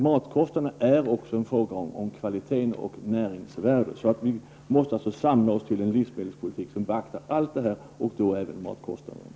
Matkostnaderna har också samband med kvalitet och näringsvärde. Vi måste samla oss till en livsmedelspolitik som beaktar alla dessa faktorer, inkl. matkostnaderna.